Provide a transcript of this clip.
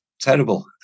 terrible